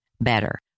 better